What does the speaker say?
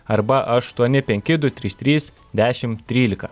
arba aštuoni penki du trys trys dešim trylika